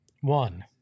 One